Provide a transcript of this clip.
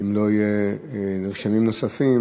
אם לא יהיו נרשמים נוספים,